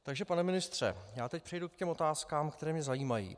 Takže pane ministře, já teď přejdu k otázkám, které mě zajímají.